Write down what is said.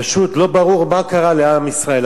פשוט לא ברור מה קרה לעם ישראל,